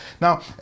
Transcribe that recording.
Now